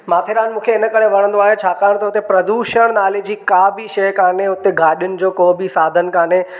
माथेरान मूंखे हिन करे वणंदो आहे छाकाणि तो हुते प्रदूषण नाले जी का बि शइ कोन्हे हुथे गाॾियुनि जो को बि साधन कोन्हे